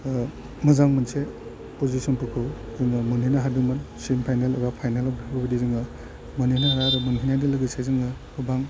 मोजां मोनसे प'जिशनफोरखौ जोङो मोनहैनो हादोंमोन सेमि फाइनाल एबा फाइनाल बेफोरबायदि जोङो मोनहैनो हाया आरो मोनहैनायजों लोगोसे जोङो गोबां